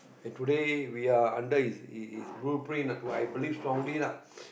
today we are under his his his blueprint who I believe strongly lah